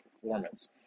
performance